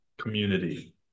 community